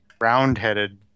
round-headed